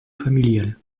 familial